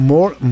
More